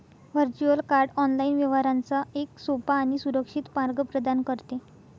virtual card online व्यवहारांचा एक सोपा आणि सुरक्षित मार्ग प्रदान करते